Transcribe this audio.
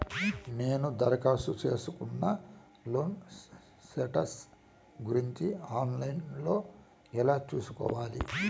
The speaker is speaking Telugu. నేను దరఖాస్తు సేసుకున్న లోను స్టేటస్ గురించి ఆన్ లైను లో ఎలా సూసుకోవాలి?